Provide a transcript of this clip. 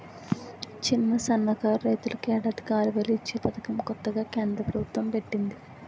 చిన్న, సన్నకారు రైతులకు ఏడాదికి ఆరువేలు ఇచ్చే పదకం కొత్తగా కేంద్ర ప్రబుత్వం పెట్టింది